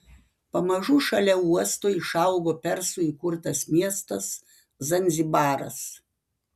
pamažu šalia uosto išaugo persų įkurtas miestas zanzibaras